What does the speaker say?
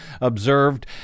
observed